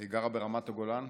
היא גרה ברמת הגולן.